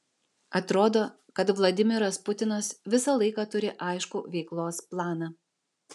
atrodo kad vladimiras putinas visą laiką turi aiškų veiklos planą